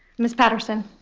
ms. patterson.